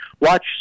watch